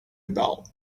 about